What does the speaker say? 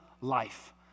life